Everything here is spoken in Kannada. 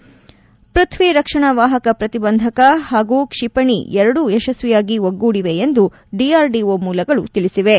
ಪ್ಪಥ್ಣಿ ರಕ್ಷಣಾ ವಾಹಕ ಪ್ರತಿಬಂಧಕ ಹಾಗೂ ಕ್ಷಿಪಣಿ ಎರಡೂ ಯಶಸ್ತಿಯಾಗಿ ಒಗ್ಗೂಡಿವೆ ಎಂದು ಡಿಆರ್ಡಿಓ ಮೂಲಗಳು ತಿಳಿಸಿವೆ